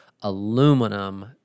aluminum